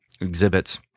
exhibits